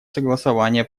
согласование